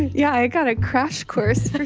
yeah, i got a crash course for